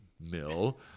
mill